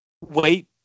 wait